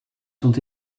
sont